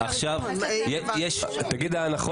יאסר